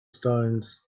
stones